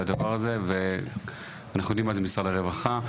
הדבר הזה ואנחנו יודעים מה זה משרד הרווחה.